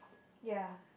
ya